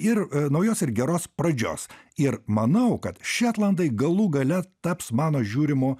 ir naujos ir geros pradžios ir manau kad šetlandai galų gale taps mano žiūrimu